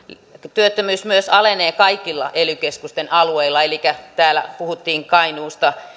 työttömyys myös alenee kaikkien ely keskusten alueilla elikä täällä puhuttiin kainuusta